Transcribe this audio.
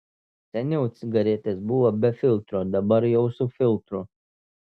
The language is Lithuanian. seniau cigaretės buvo be filtro dabar jau su filtru